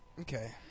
Okay